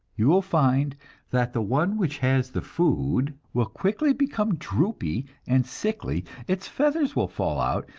you will find that the one which has the food will quickly become droopy and sickly its feathers will fall out,